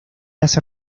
hace